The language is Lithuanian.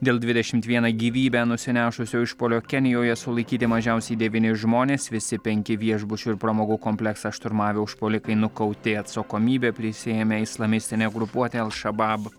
dėl dvidešimt vieną gyvybę nusinešusio išpuolio kenijoje sulaikyti mažiausiai devyni žmonės visi penki viešbučių ir pramogų kompleksą šturmavę užpuolikai nukauti atsakomybę prisiėmė islamistinė grupuotė al šabab